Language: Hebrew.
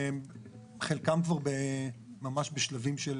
חלקם כבר ממש בשלבים של